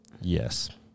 Yes